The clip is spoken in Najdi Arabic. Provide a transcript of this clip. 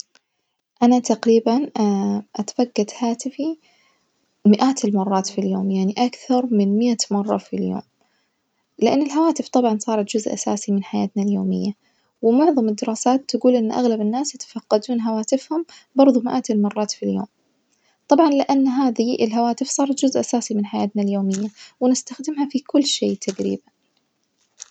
أنا تقريبا أتفقد هاتفي مئات المرات في اليوم يعني أكثر من مائة مرة في اليوم، لإن الهواتف طبعًا صارت جزء أساسي من حياتنا اليومية ومعظم الدراسات تجول إن أغلب الناس يتفقدون هواتفهم بردو مئات المرات في اليوم، طبعًا لإن هذي الهواتف صارت جزء أساسي من حياتنا اليومية ونستخدمها في كل شي تقريبا.